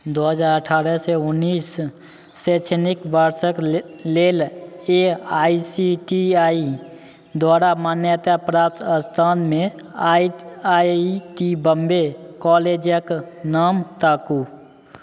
दू हजार अठारह से उन्नैस शैक्षणिक वर्षक ले लेल A I C T E द्वारा मान्याप्राप्त स्थानमे आई आई टी बम्बे कॉलेजक नाम ताकू